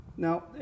Now